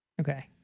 Okay